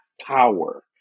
power